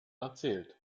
erzählt